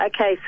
Okay